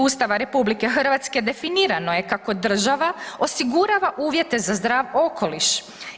Ustava RH definirano je kako država osigurava uvjete za zdrav okoliš.